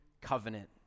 Covenant